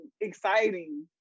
exciting